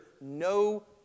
no